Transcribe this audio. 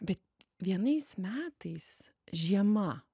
bet vienais metais žiema